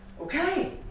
Okay